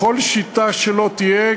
בכל שיטה שלא תהיה,